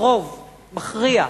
ברוב מכריע,